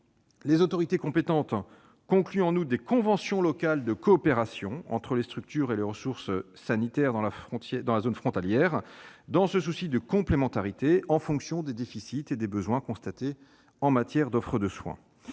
Les autorités compétentes concluent en outre des conventions locales de coopération entre les structures et les ressources sanitaires dans la zone frontalière, dans un souci de complémentarité, en fonction des déficits et des besoins constatés en matière d'offre de soins.